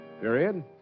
Period